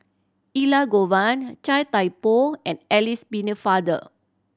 Elangovan Chia Thye Poh and Alice Pennefather